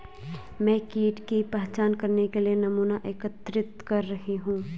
मैं कीट की पहचान करने के लिए नमूना एकत्रित कर रही हूँ